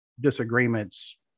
disagreements